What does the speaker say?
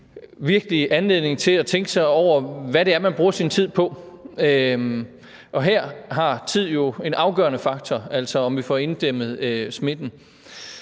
virkelig anledning til at tænke over, hvad det er, man bruger sin tid på. Her er tid jo en afgørende faktor, altså i forhold til om vi får inddæmmet smitten.